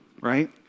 Right